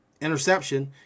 interception